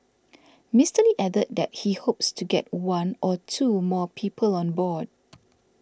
Mister added that he hopes to get one or two more people on board